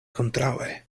kontraŭe